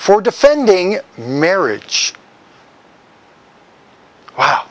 for defending marriage wow